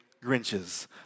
Grinches